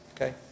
Okay